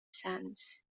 sans